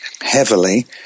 heavily